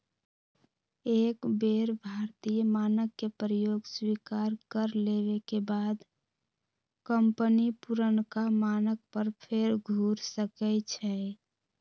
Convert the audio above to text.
एक बेर भारतीय मानक के प्रयोग स्वीकार कर लेबेके बाद कंपनी पुरनका मानक पर फेर घुर सकै छै